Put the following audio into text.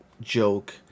joke